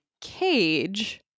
cage